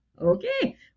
okay